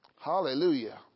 hallelujah